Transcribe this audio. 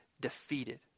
defeated